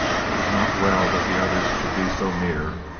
it was not well that the others should be so near.